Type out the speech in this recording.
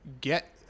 get